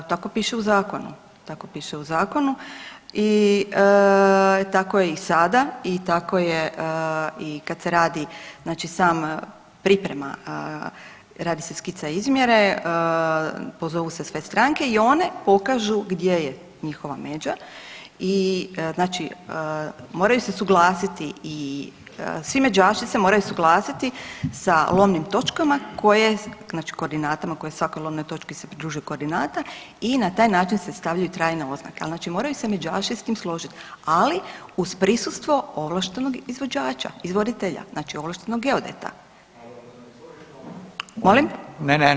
Tako piše u zakonu, tako piše u zakonu i tako je i sada i tako je i kad se radi znači sama priprema radi se skica izmjere, pozovu se sve stranke i one pokažu gdje je njihova međa i znači moraju se suglasiti i, svi međaši se moraju suglasiti sa lomnim točkama koje, znači koordinatama kojoj svakoj lomnoj točki se pridružuju koordinate i na taj način se stavljaju trajne oznake, al znači moraju se međaši s tim složit, ali uz prisustvo ovlaštenog izvođača, izvoditelja, znači ovlaštenog geodeta. … [[Upadica iz klupe se ne razumije]] Molim?